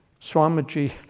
Swamiji